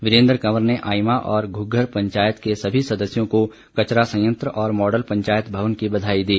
वीरेंद्र कंवर ने आईमा और घ्ग्घर पंचायत के सभी सदस्यों को कचरा संयंत्र और मॉडल पंचायत भवन की बधाई दी